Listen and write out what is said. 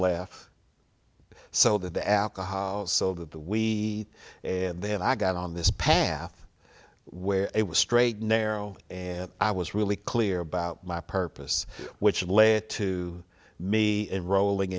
left so that the alcohol so that we and then i got on this path where it was straight narrow and i was really clear about my purpose which led to me and rolling